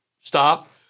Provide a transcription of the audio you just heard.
Stop